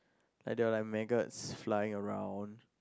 like they were like maggots flying around